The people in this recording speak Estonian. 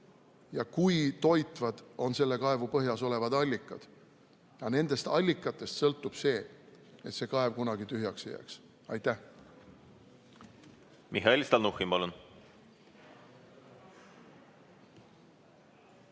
ja kui toitvad on selle kaevu põhjas olevad allikad. Aga nendest allikatest sõltub see, et see kaev kunagi tühjaks ei jääks. Aitäh! Kas meie rahvuslik